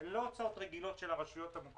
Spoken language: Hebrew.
שהן לא הוצאות רגילות של הרשויות המקומיות.